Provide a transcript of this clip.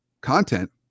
content